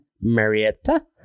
Marietta